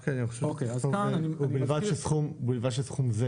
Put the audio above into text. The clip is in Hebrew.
רק אני חושב שצריך לכתוב "ובלבד שסכום זה"